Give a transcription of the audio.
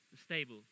stable